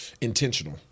intentional